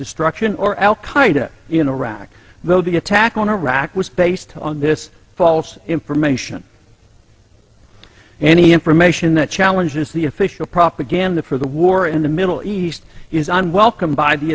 destruction or al qaida in iraq will be attack on iraq was based on this false information any information that challenges the official propaganda for the war in the middle east is unwelcome by the